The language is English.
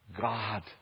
God